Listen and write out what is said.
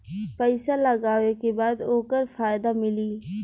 पइसा लगावे के बाद ओकर फायदा मिली